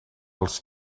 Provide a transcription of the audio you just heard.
els